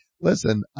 listen